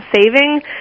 saving